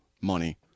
money